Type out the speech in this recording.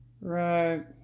Right